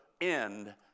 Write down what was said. end